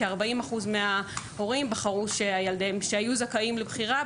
כ-40% מההורים שהיו זכאים לבחירה,